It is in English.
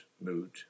mood